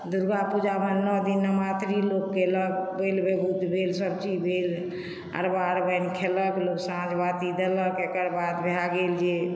दुर्गा पूजामे नओ दिन नवरात्रि लोक केलक बलि विभूति भेल सभचीज भेल अरबा अरबाइन खेलक लोक साँझ बाती देलक एकर बाद भए गेल जे